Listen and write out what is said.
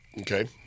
Okay